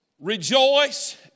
rejoice